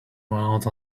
amount